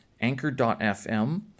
Anchor.fm